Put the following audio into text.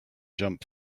jump